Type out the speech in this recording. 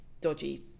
dodgy